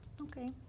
Okay